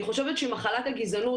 אני חושבת שמחלת הגזענות,